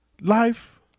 Life